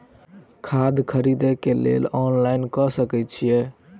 खाद खरीदे केँ लेल ऑनलाइन कऽ सकय छीयै?